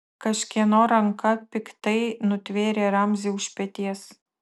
kažkieno ranka piktai nutvėrė ramzį už peties